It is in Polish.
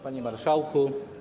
Panie Marszałku!